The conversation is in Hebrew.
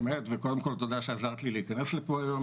אמת, וקודם כל תודה שעזרת לי להיכנס לפה היום.